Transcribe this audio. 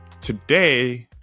today